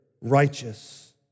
righteous